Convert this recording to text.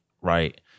right